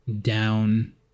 down